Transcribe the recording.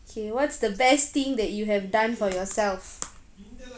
kay what's the best thing that you have done for yourself